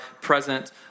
present